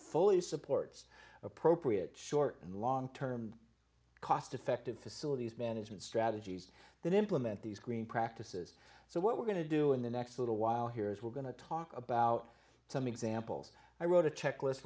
fully supports appropriate short and long term cost effective facilities management strategies that implement these green practices so what we're going to do in the next little while here is we're going to talk about some examples i wrote a checklist